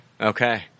Okay